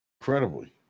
incredibly